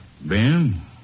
Ben